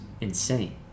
insane